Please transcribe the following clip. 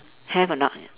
have or not